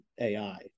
AI